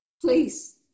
please